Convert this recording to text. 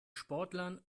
sportlern